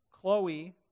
Chloe